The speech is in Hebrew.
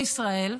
או ישראל,